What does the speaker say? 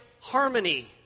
harmony